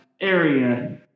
area